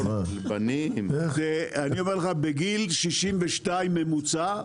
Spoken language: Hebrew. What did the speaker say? אני אומר לך בגיל 62 ממוצע,